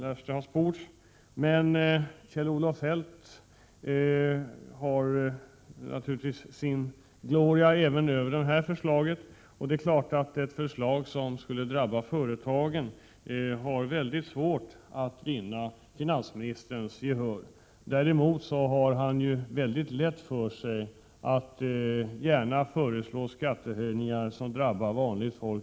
Kjell-Olof Feldts gloria vilar naturligtvis även över det här förslaget, och det är klart att ett förslag som om det genomfördes skulle drabba företagen har väldigt svårt att vinna gehör hos finansministern. Däremot har finansministern väldigt lätt för att föreslå skattehöjningar som drabbar vanligt folk.